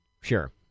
Sure